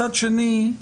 מצד שני,